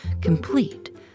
complete